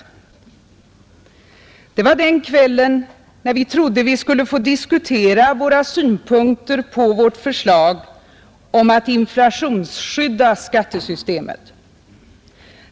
Det var den kvällen vi trodde vi skulle få diskutera våra synpunkter på vårt förslag om att inflationsskydda skattesystemet.